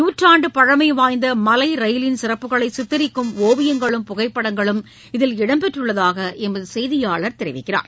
நூற்றாண்டு பழமை வாய்ந்த மலை ரயிலின் சிறப்புகளை சித்தரிக்கும் ஒவியங்களும் புகைப்படங்களும் இதில் இடம்பெற்றுள்ளதாக எமது செய்தியாளர் தெரிவிக்கிறார்